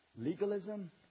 legalism